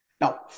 Now